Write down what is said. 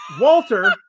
Walter